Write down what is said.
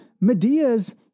Medea's